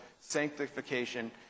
sanctification